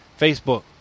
Facebook